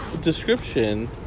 description